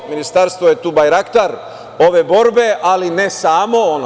Ministarstvo je tu barjaktar ove borbe, ali ne samo ono.